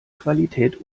qualität